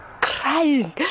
crying